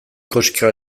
koska